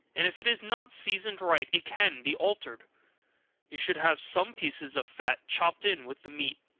and if it is not seasoned right, it can be altered you should have some pieces of fat, chopped in with the meat.